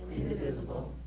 indivisible,